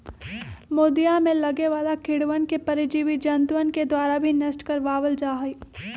मोदीया में लगे वाला कीड़वन के परजीवी जंतुअन के द्वारा भी नष्ट करवा वल जाहई